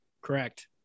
Correct